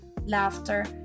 laughter